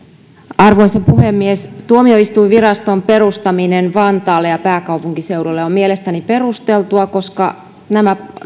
arvoisa puhemies tuomioistuinviraston perustaminen vantaalle pääkaupunkiseudulle on mielestäni perusteltua koska nämä